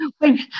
Wait